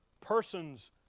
persons